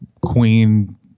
queen